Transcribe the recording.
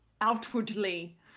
outwardly